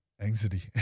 Anxiety